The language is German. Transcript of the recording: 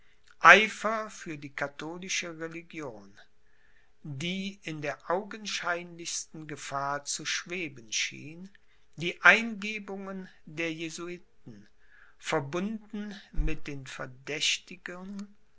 eifer für die katholische religion die in der augenscheinlichsten gefahr zu schweben schien die eingebungen der jesuiten verbunden mit den